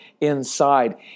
inside